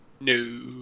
No